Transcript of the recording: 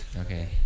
Okay